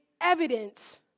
evidence